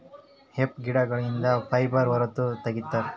hemp ಗಿಡಗಳಿಂದ fibre ಹೊರ ತಗಿತರೆ